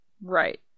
right